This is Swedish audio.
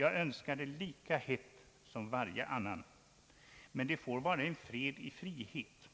Jag önskar det lika hett som varje annan. Men det får vara en fred i frihet,